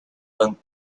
one